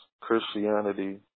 Christianity